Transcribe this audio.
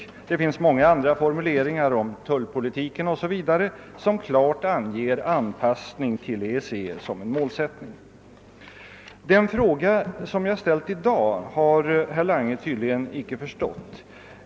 Det finns många andra formuleringar, bl.a. om tullpolitiken, som klart anger anpassning till EEC som en målsättning. Den fråga som jag ställt i dag har herr Lange tydligen inte förstått.